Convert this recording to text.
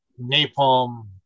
napalm